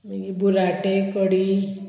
मागीर बुराटे कडी